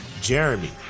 jeremy